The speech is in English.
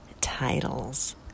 titles